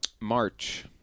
March